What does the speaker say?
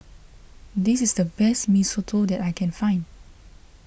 this is the best Mee Soto that I can find